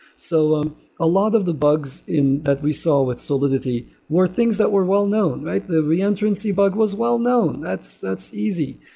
so um a lot of the bugs that we saw with solidity were things that were well-known. the reentrancy bug was well-known, that's that's easy.